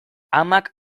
amak